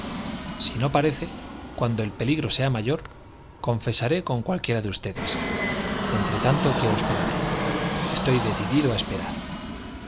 si no parece cuando el peligro sea mayor confesaré con cualquiera de ustedes entre tanto quiero esperarle estoy decidido a esperar